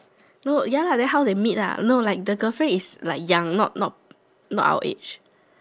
no ya lah then how they meet lah no like the girlfriend is like young not not not our age